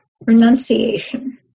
renunciation